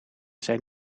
zijn